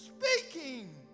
speaking